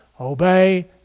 obey